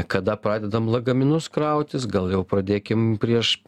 kada pradedam lagaminus krautis gal jau pradėkim prieš